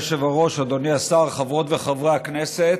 אדוני היושב-ראש, אדוני השר, חברות וחברי הכנסת,